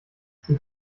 sie